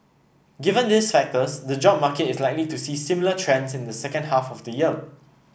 given these factors the job market is likely to see similar trends in the second half of the year